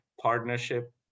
partnership